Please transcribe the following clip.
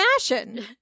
fashion